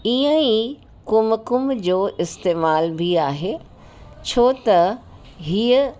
ईअं ई कुमकुम जो इस्तेमाल बि आहे छो त हीअं